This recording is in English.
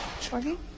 Shorty